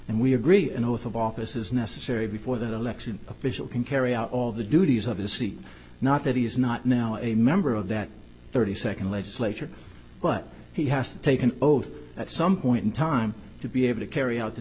and we agree an oath of office is necessary before the election official can carry out all of the duties of a seat not that he is not now a member of that thirty second legislature but he has to take an oath at some point in time to be able to carry out the